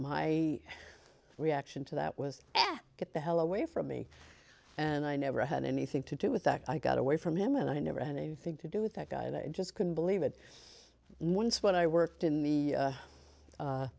my reaction to that was get the hell away from me and i never had anything to do with that i got away from him and i never had anything to do with that guy and i just couldn't believe it once when i worked in the